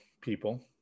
people